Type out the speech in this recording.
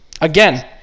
Again